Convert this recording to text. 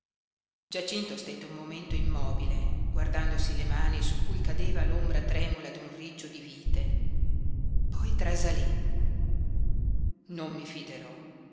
giacinto stette un momento immobile guardandosi le mani su cui cadeva l'ombra tremula d'un riccio di vite poi trasalí non mi fiderò